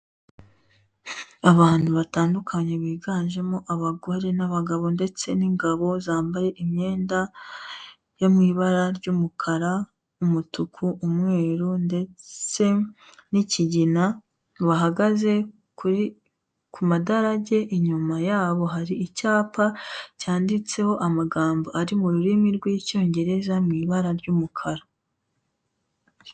Abantu batandukanye biganjemo abagore n'abagabo ndetse n'ingabo zambaye imyenda, yo mu ibara ry'umukara, umutuku, umweru ndetse n'ikigina. Bahagaze kuri ku madarage, inyuma yabo hari icyapa, cyanditseho amagambo ari mu rurimi rw'icyongereza mu ibara ry'umukara.